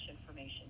information